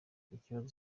ikibazo